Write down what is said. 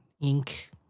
ink